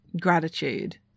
gratitude